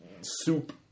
soup